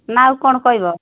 ନା ଆଉ କ'ଣ କହିବ